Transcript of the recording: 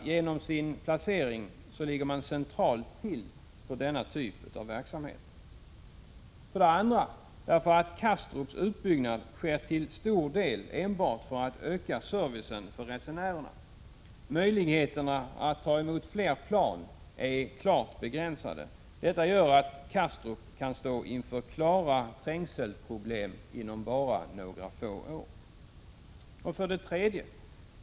Genom sin placering ligger man centralt till för denna typ av verksamhet. 2. Kastrups utbyggnad sker till stor del enbart för att öka servicen för resenärerna. Möjligheterna att ta emot fler plan är klart begränsade. Detta gör att Kastrup kan stå inför klara trängselproblem inom några år. 3.